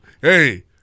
Hey